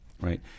right